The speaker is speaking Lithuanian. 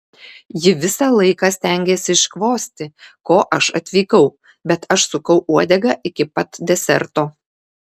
ji visą laiką stengėsi iškvosti ko aš atvykau bet aš sukau uodegą iki pat deserto